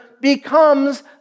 becomes